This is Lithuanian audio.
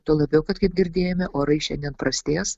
tuo labiau kad kaip girdėjome orai šiandien prastės